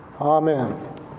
Amen